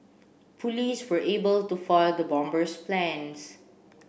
police were able to foil the bomber's plans